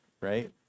right